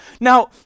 Now